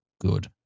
good